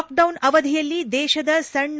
lockdown ಅವಧಿಯಲ್ಲಿ ದೇಶದ ಸಣ್ಣ